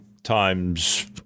Times